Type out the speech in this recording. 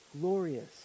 glorious